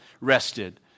rested